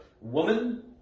Woman